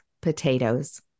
potatoes